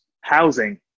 housing